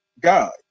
God